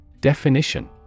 Definition